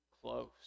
close